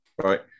right